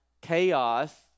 chaos